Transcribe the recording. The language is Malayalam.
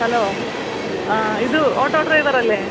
ഹലോ ആ ഇത് ഓട്ടോ ഡ്രൈവർ അല്ലേ